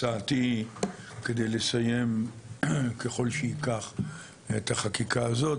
הצעתי היא שכדי לסיים את החקיקה הזאת,